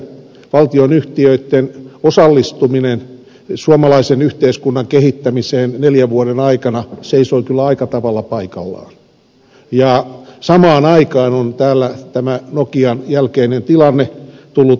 valtionyhtiöitten osallistumisen suomalaisen yhteiskunnan kehittämiseen neljän vuoden aikana seisoi kyllä aika tavalla paikallaan ja samaan aikaan on täällä tämä nokian jälkeinen tilanne tullut esille